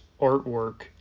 artwork